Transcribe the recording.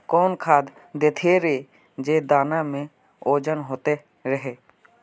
कौन खाद देथियेरे जे दाना में ओजन होते रेह?